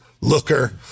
Looker